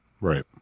Right